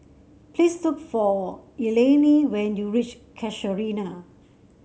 please look for Eleni when you reach Casuarina